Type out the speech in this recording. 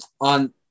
on